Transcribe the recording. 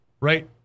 Right